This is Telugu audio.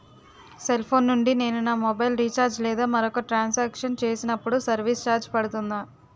సెల్ ఫోన్ నుండి నేను నా మొబైల్ రీఛార్జ్ లేదా మరొక ట్రాన్ సాంక్షన్ చేసినప్పుడు సర్విస్ ఛార్జ్ పడుతుందా?